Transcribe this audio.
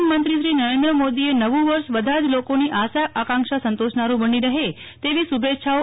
પ્રધાનમંત્રી નરેન્દ્રમોદીએ નવું વર્ષ બધા જ લોકોની આશા આકાંક્ષા સંતોષનારુ બની રહે તેવી શુભેચ્છાઓ આપી છે